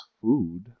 food